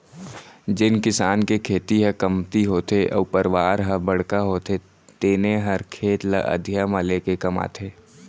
जेन किसान के खेती ह कमती होथे अउ परवार ह बड़का होथे तेने हर खेत ल अधिया म लेके कमाथे